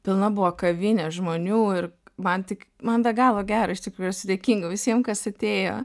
pilna buvo kavinė žmonių ir man tik man be galo gera iš tikrųjų esu dėkinga visiem kas atėjo